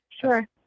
Sure